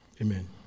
Amen